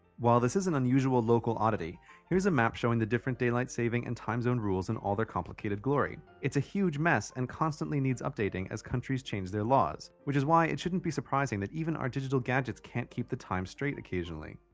while this is an unusual local oddity here is a map showing the different daylight saving and time zone rules in all their complicated glory it's a huge mess and constantly needs updating as countries change their laws. which is why it shouldn't be surprising that even our digital gadgets can't keep the time straight occasionally.